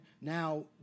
now